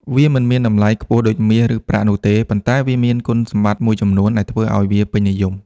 វាមិនមានតម្លៃខ្ពស់ដូចមាស ឬប្រាក់នោះទេ ប៉ុន្តែវាមានគុណសម្បត្តិមួយចំនួនដែលធ្វើឲ្យវាពេញនិយម។